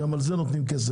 גם על זה נותנים כסף.